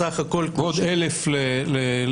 אז סך הכול --- ועוד 1,000 לשאר.